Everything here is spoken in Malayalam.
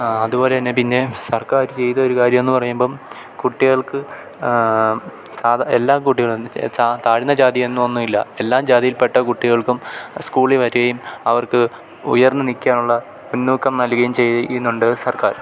അതുപോലെ തന്നെ പിന്നെ സർക്കാർ ചെയ്ത ഒരു കാര്യമെന്ന് പറയുമ്പം കുട്ടികൾക്ക് സാദാ എല്ലാ കുട്ടികളും എന്നു വെച്ചാൽ താഴ്ന്ന ജാതി എന്നൊന്നും ഇല്ല എല്ലാം ജാതിയിൽ പെട്ട കുട്ടികൾക്കും സ്കൂളിൽ വരികയും അവർക്ക് ഉയർന്നു നിൽക്കാനുള്ള ഉന്നൂക്കം നല്കുകയും ചെയ്യുന്നുണ്ട് സർക്കാർ